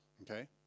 Okay